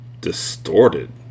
distorted